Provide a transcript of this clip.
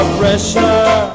pressure